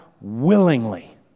willingly